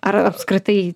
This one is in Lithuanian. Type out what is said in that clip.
ar apskritai